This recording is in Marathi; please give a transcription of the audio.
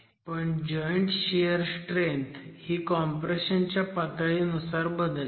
पण जॉईंट शियर स्ट्रेंथ ही कॉम्प्रेशन च्या पातळीनुसार बदलते